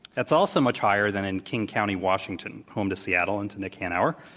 that's also much higher than in king county, washington, home to seattle and to nick hanauer.